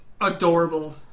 Adorable